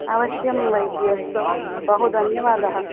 अवश्यं वैद्ये बहु धन्यवादाः